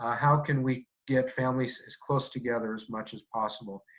how can we get families as close together as much as possible.